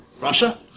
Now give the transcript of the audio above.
Russia